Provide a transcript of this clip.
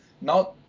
Now